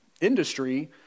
industry